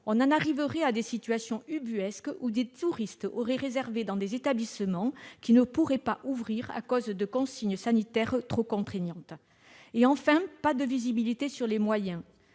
On aboutirait à des situations ubuesques : des touristes auraient réservé dans des établissements qui ne pourraient pas ouvrir, du fait de consignes sanitaires trop contraignantes. Enfin, nous n'avons pas de visibilité quant aux moyens.